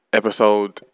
episode